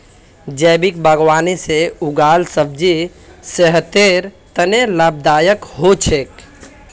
जैविक बागवानी से उगाल सब्जी सेहतेर तने लाभदायक हो छेक